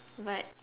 but